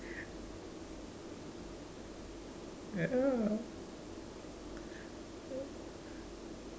ya